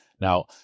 Now